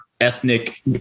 ethnic